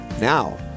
now